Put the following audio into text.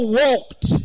walked